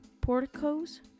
porticos